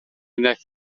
ddaeth